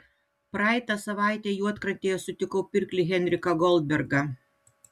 praeitą savaitę juodkrantėje sutikau pirklį henriką goldbergą